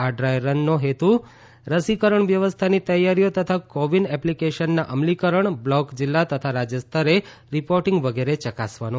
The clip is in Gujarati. આ ડ્રાયરનનો હેતુ રસીકરણ વ્યવસ્થાની તૈયારીઓ તથા કો વિન એપ્લીકેશનના અમલીકરણ બ્લોક જિલ્લા તથા રાજ્ય સ્તરે રિપોર્ટિંગ વિગેરે યકાસવાનો હતો